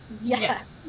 Yes